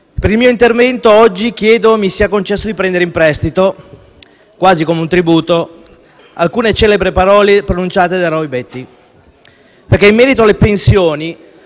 nel mio intervento mi sia concesso di prendere in prestito, quasi come un tributo, alcune celebri parole pronunciate da Roy Batty. Perché in merito alle pensioni,